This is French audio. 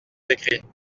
décrits